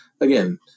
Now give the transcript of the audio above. again